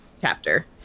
chapter